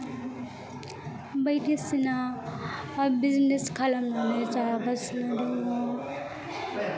बायदिसिना बिजनेस खालामनानै जागासिनो दङ